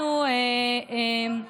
אישה